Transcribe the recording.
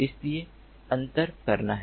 इसलिए अंतर करना है